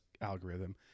algorithm